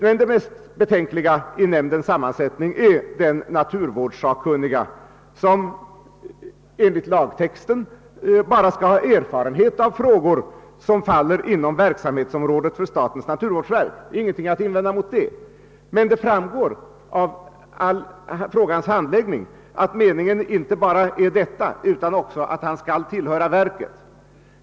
Men det mest betänkliga när det gäller nämndens sammansättning är den naturvårdssakkunnige, som enligt lagtexten skall ha erfarenhet av frågor som faller inom verksamheten för statens naturvårdsverk. Vi har i och för sig ingenting att invända häremot, så länge det gäller själva lagtexten. Men det framgår av frågans handläggning, att denne sakkunnige dessutom skall tillhöra verket.